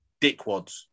dickwads